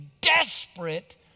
desperate